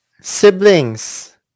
Siblings